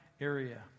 Area